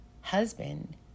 husband